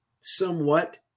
somewhat